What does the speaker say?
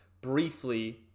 Briefly